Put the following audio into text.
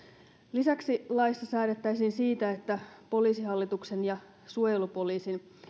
lisäksi laissa säädettäisiin siitä että poliisihallituksen ja suojelupoliisin